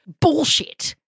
bullshit